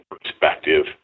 perspective